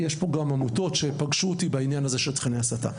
יש פה גם עמותות שפגשו אותי בנושא של תכני הסתה.